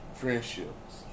friendships